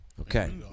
Okay